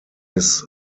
his